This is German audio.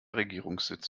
regierungssitz